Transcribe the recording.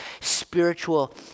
spiritual